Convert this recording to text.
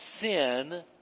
sin